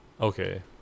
Okay